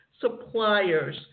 suppliers